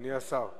אדוני השר?